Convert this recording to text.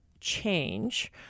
change